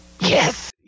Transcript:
Yes